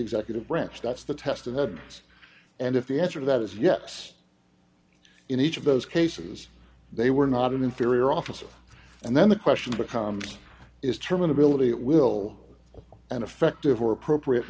executive branch that's the test of heads and if the answer to that is yes in each of those cases they were not an inferior officer and then the question becomes is term an ability it will an effective or appropriate